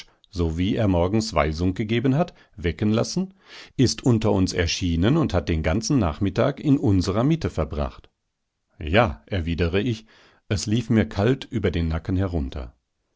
so wie er morgens weisung gegeben hat wecken lassen ist unter uns erschienen und hat den ganzen nachmittag in unserer mitte verbracht ja erwidere ich es lief mir kalt über den nacken herunter